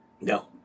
No